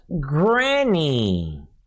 Granny